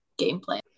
gameplay